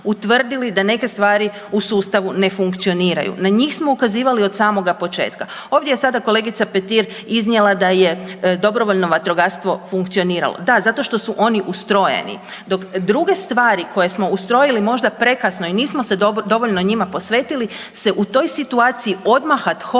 da neke stvari u sustavu ne funkcioniraju. Na njih smo ukazivali od samoga početka. Ovdje je sada kolegica Petir iznijela da je dobrovoljno vatrogastvo funkcioniralo. Da zato što su oni ustrojeni, dok druge stvari koje smo ustrojili možda prekasno i nismo se dovoljno njima posvetili se u toj situaciji odmah ad hoc nisu